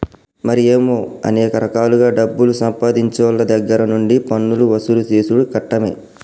మరి ఏమో అనేక రకాలుగా డబ్బులు సంపాదించేవోళ్ళ దగ్గర నుండి పన్నులు వసూలు సేసుడు కట్టమే